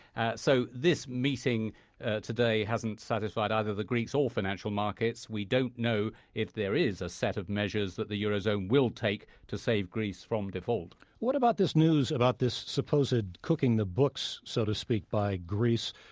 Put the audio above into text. and so this meeting today hasn't satisfied either the greeks or financial markets. we don't know if there is a set of measures that the eurozone will take to save greece from default what about this news about this supposed ah cooking the books, so to speak, by greece.